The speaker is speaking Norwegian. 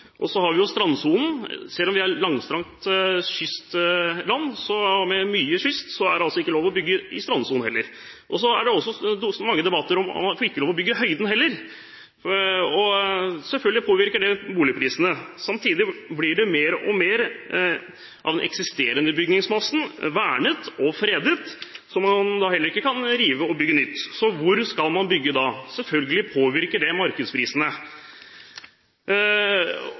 Så har vi strandsonen. Selv om vi er et langstrakt kystland, med mye kyst, er det altså ikke lov å bygge i strandsonen heller. Det er mange debatter om at man heller ikke får bygge i høyden. Selvfølgelig påvirker det boligprisene. Samtidig blir mer og mer av den eksisterende bygningsmassen vernet og fredet, så man kan heller ikke rive og bygge nytt. Hvor skal man bygge da? Selvfølgelig påvirker det markedsprisene.